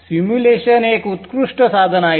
simulation एक उत्कृष्ट साधन आहे